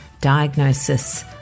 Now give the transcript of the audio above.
diagnosis